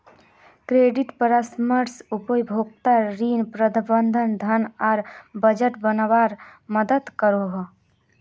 credit परामर्श उपभोक्ताक ऋण, प्रबंधन, धन आर बजट बनवात मदद करोह